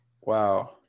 Wow